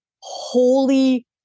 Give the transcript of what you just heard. holy